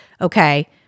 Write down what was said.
okay